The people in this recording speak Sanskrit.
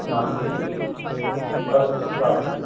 नास्ति चिन्ता नास्ति अस्तु